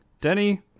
Denny